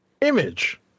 Image